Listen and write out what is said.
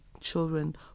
children